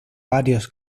varios